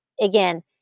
Again